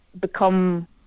become